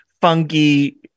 funky